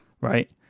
right